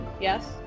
Yes